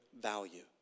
value